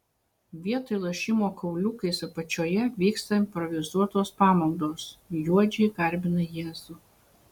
vietoj lošimo kauliukais apačioje vyksta improvizuotos pamaldos juodžiai garbina jėzų